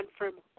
confirm